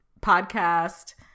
podcast